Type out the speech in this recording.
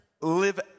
live